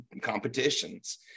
competitions